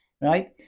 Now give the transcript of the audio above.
right